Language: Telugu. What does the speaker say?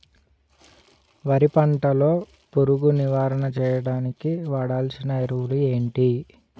వరి పంట లో పురుగు నివారణ చేయడానికి వాడాల్సిన ఎరువులు ఏంటి?